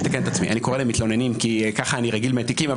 אני קורא להם מתלוננים כי ככה אני רגיל מהתיקים.